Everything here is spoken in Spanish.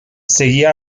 seguía